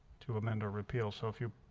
to amend or repeal so if you